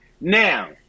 Now